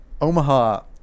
Omaha